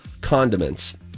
condiments